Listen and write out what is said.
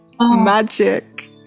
magic